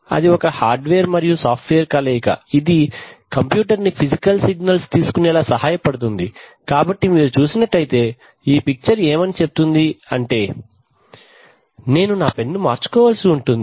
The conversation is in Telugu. అది ఒక హార్డ్వేర్ మరియు సాఫ్ట్వేర్ కలయిక ఇది కంప్యూటర్ ని ఫిజికల్ సిగ్నల్స్ తీసుకునెలా సహాయ పడుతుంది కాబట్టి మీరు చూసినట్లయితే ఈ పిక్చర్ ఏమని చెప్తుంది అంటే నేను నా పెన్ ను మార్చుకోవాల్సి ఉంటుంది